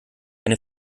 eine